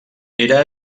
era